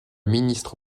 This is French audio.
ministre